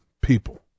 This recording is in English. people